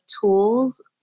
tools